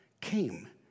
came